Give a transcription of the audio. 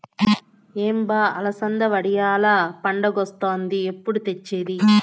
ఏం బా అలసంద వడియాల్ల పండగొస్తాంది ఎప్పుడు తెచ్చేది